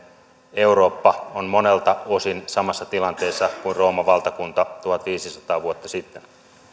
eurooppa on monelta osin samassa tilanteessa kuin rooman valtakunta tuhatviisisataa vuotta sitten